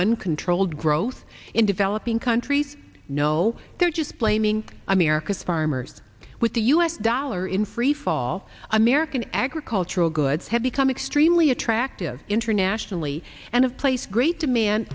uncontrolled growth in developing country no they're just blaming america's farmers with the us dollar in freefall american agricultural goods have become extremely attractive internationally and of place great demand